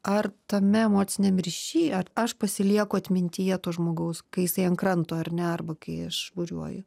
ar tame emociniam ryšy ar aš pasilieku atmintyje to žmogaus kai jisai ant kranto ar ne arba kai aš buriuoju